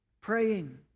Praying